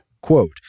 Quote